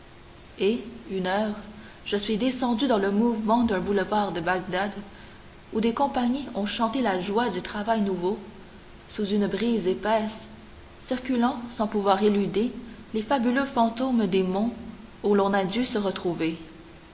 et une heure je suis descendu dans le mouvement d'un boulevard de bagdad où des compagnies ont chanté la joie du travail nouveau sous une brise épaisse circulant sans pouvoir éluder les fabuleux fantômes des monts où l'on a dû se retrouver